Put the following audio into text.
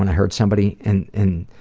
and heard somebody and in